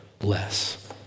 less